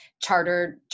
chartered